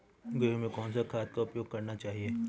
गेहूँ में कौन सा खाद का उपयोग करना चाहिए?